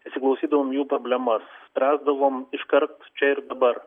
įsiklausydavom į jų problemas spręsdavom iškart čia ir dabar